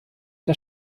der